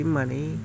money